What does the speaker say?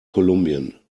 kolumbien